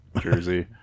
Jersey